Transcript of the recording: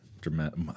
dramatic